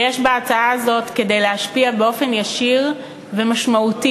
ויש בהצעה הזו כדי להשפיע באופן ישיר ומשמעותי